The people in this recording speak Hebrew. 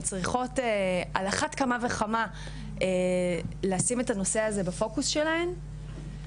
צריכות על אחת כמה וכמה לשים את הנושא הזה בפוקוס שלהן.